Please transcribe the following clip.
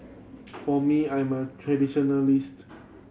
for me I'm a traditionalist